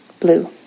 Blue